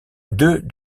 deux